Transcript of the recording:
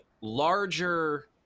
larger